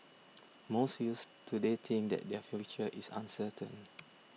most youths today think that their future is uncertain